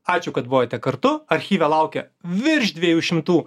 ačiū kad buvote kartu archyve laukia virš dviejų šimtų